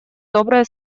добрые